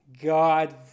God